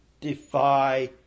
defy